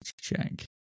check